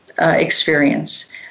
experience